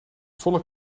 volle